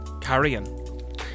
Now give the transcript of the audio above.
Carrying